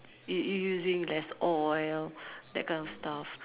you you using less oil that kind of stuff